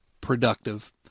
productive